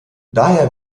daher